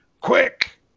quick